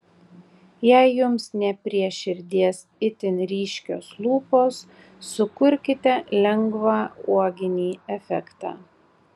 jei jums ne prie širdies itin ryškios lūpos sukurkite lengvą uoginį efektą